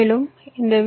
மேலும் இந்த வி